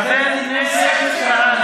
חבר הכנסת סמי אבו שחאדה.